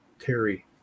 Terry